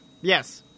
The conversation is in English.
Yes